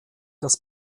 das